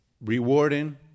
rewarding